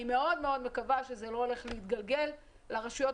אני מאוד מקווה שזה לא הולך להתגלגל לרשויות